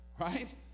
right